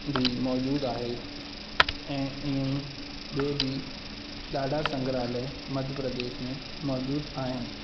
बि मौजूदु आहे ऐं ईअं ई ॿिए बि ॾाढा संग्रहालय मध्य प्रदेश में मौजूदु आहिनि